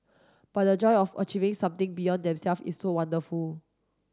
but the joy of achieving something beyond them self is so wonderful